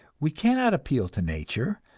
we cannot appeal to nature,